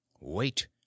wait